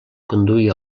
conduïa